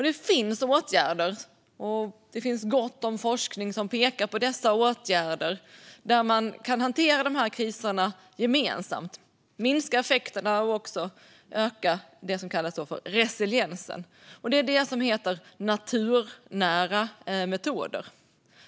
Det finns åtgärder att vidta, och det finns gott om forskning som pekar mot dessa åtgärder. Kriserna ska hanteras gemensamt för att minska effekterna och öka resiliensen. Det är det som kallas naturnära metoder.